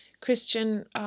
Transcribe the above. Christian